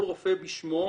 כל רופא בשמו.